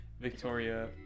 Victoria